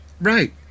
right